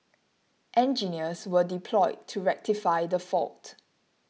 engineers were deployed to rectify the fault